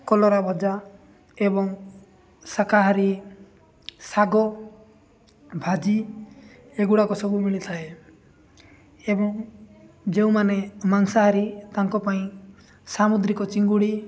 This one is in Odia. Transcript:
କଲରା ଭଜା ଏବଂ ଶାକାହାରୀ ଶାଗ ଭାଜି ଏଗୁଡ଼ାକ ସବୁ ମିଳିଥାଏ ଏବଂ ଯେଉଁମାନେ ମାଂସାହାରୀ ତାଙ୍କ ପାଇଁ ସାମୁଦ୍ରିକ ଚିଙ୍ଗୁଡ଼ି